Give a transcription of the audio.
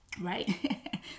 Right